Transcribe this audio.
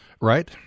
right